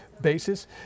basis